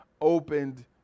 opened